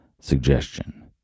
Suggestion